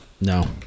No